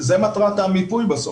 זה מטרת המיפוי בסוף,